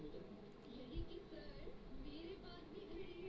हरिहर आउर करिया परत जइसन होला